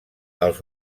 els